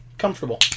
comfortable